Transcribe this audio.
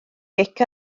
gic